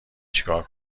چیکار